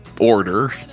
order